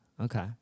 Okay